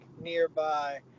nearby